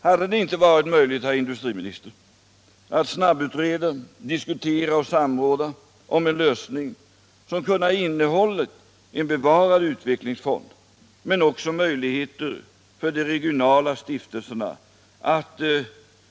Hade det inte varit möjligt, herr industriminister, att snabbutreda, diskutera och samråda om en lösning som kunde ha innehållit en bevarad utvecklingsfond men också möjligheter för de regionala stiftelserna att